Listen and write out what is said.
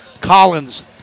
Collins